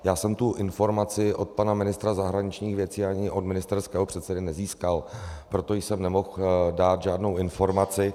Já jsem tu informaci od pana ministra zahraničních věcí ani od ministerského předsedy nezískal, proto jsem nemohl dát žádnou informaci.